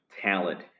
talent